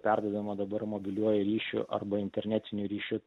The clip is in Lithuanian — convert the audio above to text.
perduodama dabar mobiliuoju ryšiu arba internetiniu ryšiu